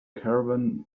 caravan